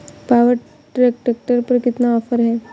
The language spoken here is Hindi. पावर ट्रैक ट्रैक्टर पर कितना ऑफर है?